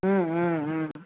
ம் ம் ம்